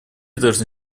должны